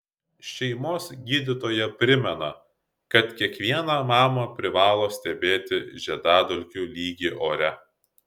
šeimos gydytoja primena kad kiekviena mama privalo stebėti žiedadulkių lygį ore